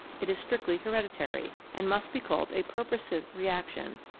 it is strictly hereditary, and must be called a purposive reaction,